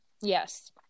Yes